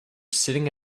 sitting